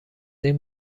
این